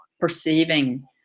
perceiving